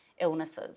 illnesses